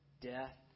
death